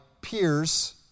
peers